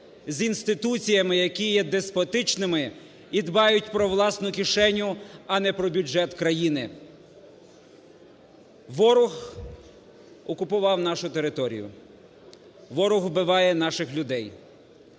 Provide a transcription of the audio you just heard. з інституціями, які є деспотичними і дбають про власну кишеню, а не про бюджет країни. Ворог окупував нашу територію. Ворог вбиває наших людей.